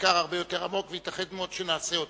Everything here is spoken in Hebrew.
מחקר הרבה יותר עמוק וייתכן מאוד שנעשה אותו,